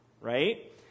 right